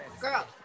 Girl